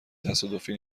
تصادفی